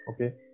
okay